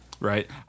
Right